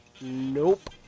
Nope